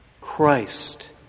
Christ